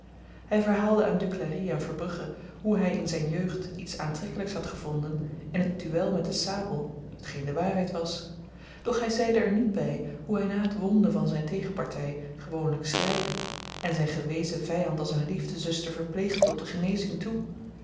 hy verhaalde aan duclari en verbrugge hoe hy in zyn jeugd iets aantrekkelyks had gevonden in het duel met den sabel t geen de waarheid was doch hy zeide er niet by hoe hy na t wonden van zyn tegenparty gewoonlyk schreide en zyn gewezen vyand als een liefdezuster verpleegde tot de genezing toe